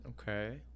okay